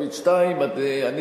3 ולפיד 4. מה שמכונה "לפיד 2". אני,